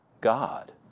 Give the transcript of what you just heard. God